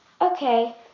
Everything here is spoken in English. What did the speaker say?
Okay